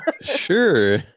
sure